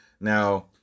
Now